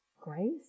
grace